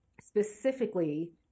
specifically